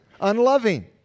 unloving